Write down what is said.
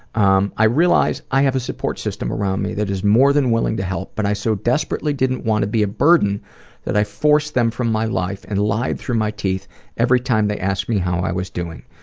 um i realize i have a support system around me that is more than willing to help but i so desperately didn't want to be a burden that i forced them from my life and lied through my teeth every time they asked me how i was doing.